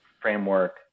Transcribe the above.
framework